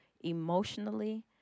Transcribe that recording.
emotionally